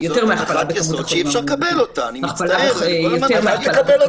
אני מתכוון לעשות את